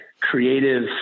creative